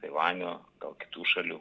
taivanio gal kitų šalių